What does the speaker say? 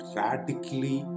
radically